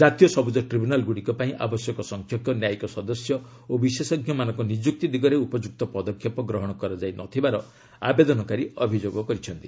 ଜାତୀୟ ସବୁଜ ଟ୍ରିବ୍ୟୁନାଲଗୁଡ଼ିକ ପାଇଁ ଆବଶ୍ୟକ ସଂଖ୍ୟକ ନ୍ୟାୟିକ ସଦସ୍ୟ ଓ ବିଶେଷଜ୍ଞମାନଙ୍କ ନିଯୁକ୍ତି ଦିଗରେ ଉପଯୁକ୍ତ ପଦକ୍ଷେପ ଗ୍ରହଣ କରାଯାଇ ନଥିବାର ଆବେଦନକାରୀ ଅଭିଯୋଗ କରିଛନ୍ତି